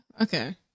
Okay